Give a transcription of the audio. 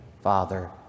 Father